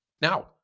Now